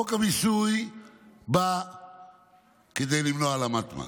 חוק המיסוי בא למנוע העלמת מס.